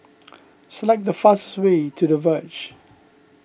select the fastest way to the Verge